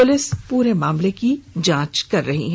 police पूरे मामले की जांच कर रही है